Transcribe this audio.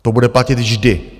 To bude platit vždy.